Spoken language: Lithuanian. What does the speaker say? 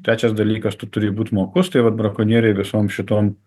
trečias dalykas tu turi būt mokus tai vat brakonieriai visom šitom